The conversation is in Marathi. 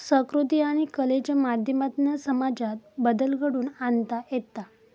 संकृती आणि कलेच्या माध्यमातना समाजात बदल घडवुन आणता येता